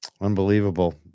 Unbelievable